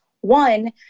One